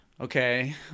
okay